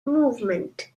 movement